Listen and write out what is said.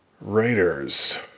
Writers